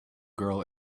girl